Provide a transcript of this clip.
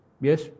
Yes